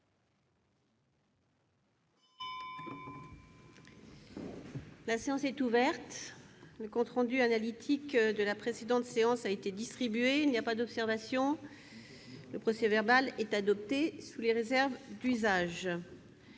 La séance est ouverte. Le compte rendu analytique de la précédente séance a été distribué. Il n'y a pas d'observation ?... Le procès-verbal est adopté sous les réserves d'usage.